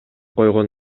койгон